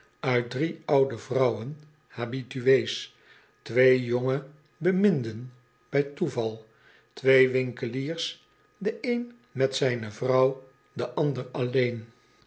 uit drie oude vrouwen habituees twee jonge beminden bij toeval twee winkeliers de oen met zijne vrouw de ander alleen